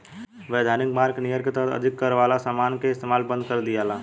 वैधानिक मार्ग नियर के तहत अधिक कर वाला समान के इस्तमाल बंद कर दियाला